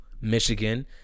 michigan